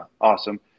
awesome